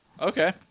Okay